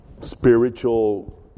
spiritual